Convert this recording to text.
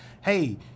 hey